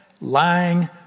lying